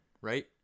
right